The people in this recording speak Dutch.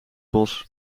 bos